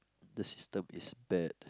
the system is bad